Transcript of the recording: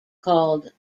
called